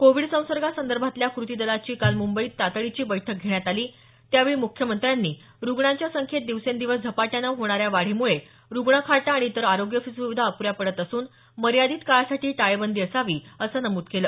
Covid संसर्गा संदर्भातल्या कृती दलाची काल मुंबईत तातडीची बैठक घेण्यात आली त्यावेळी मुख्यमंत्र्यांनी रुग्णांच्या संख्येत दिवसेंदिवस झपाट्यानं होणाऱ्या वाढीमुळे रुग्णखाटा आणि इतर आरोग्य सुविधा अप्ऱ्या पडत असून मर्यादित काळासाठी ही टाळेबंदी असावी असं नमूद केलं